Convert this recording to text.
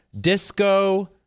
disco